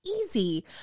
easy